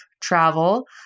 travel